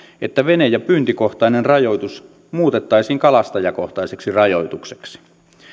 että vene ja pyyntikohtainen rajoitus muutettaisiin kalastajakohtaiseksi rajoitukseksi